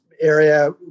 area